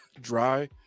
dry